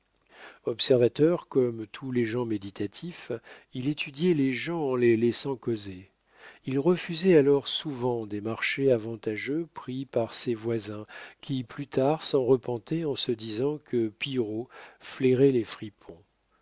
observateur comme tous les gens méditatifs il étudiait les gens en les laissant causer il refusait alors souvent des marchés avantageux pris par ses voisins qui plus tard s'en repentaient en se disant que pillerault flairait les fripons